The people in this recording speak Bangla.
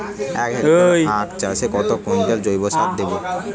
এক হেক্টরে আখ চাষে কত কুইন্টাল জৈবসার দেবো?